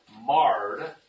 marred